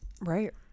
right